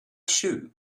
shoe